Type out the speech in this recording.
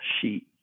sheet